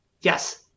Yes